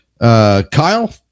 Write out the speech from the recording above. Kyle